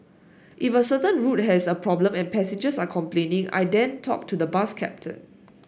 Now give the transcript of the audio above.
if a certain route has a problem and passengers are complaining I then talk to the bus captain